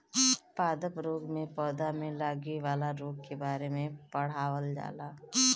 पादप रोग में पौधा में लागे वाला रोग के बारे में पढ़ावल जाला